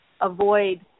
avoid